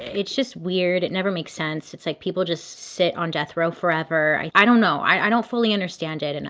it's just weird, it never makes sense, it's like people just sit on death row forever, i i don't know, i don't fully understand it, and